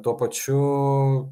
tuo pačiu